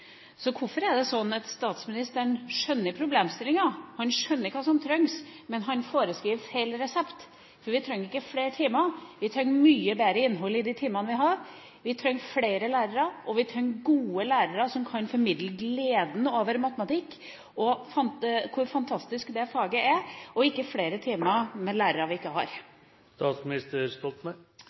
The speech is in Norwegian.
Så hvorfor er det sånn at statsministeren skjønner problemstillinga, han skjønner hva som trengs, men han forskriver feil resept? Vi trenger ikke flere timer, vi trenger mye bedre innhold i de timene vi har. Vi trenger flere lærere, og vi trenger gode lærere som kan formidle gleden over matematikk og hvor fantastisk det faget er – ikke flere timer med lærere vi ikke har.